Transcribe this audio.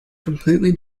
completely